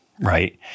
right